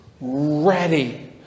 ready